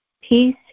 Peace